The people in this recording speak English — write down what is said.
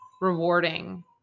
rewarding